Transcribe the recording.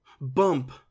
bump